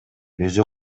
өзү